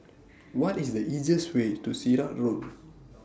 What IS The easiest Way to Sirat Road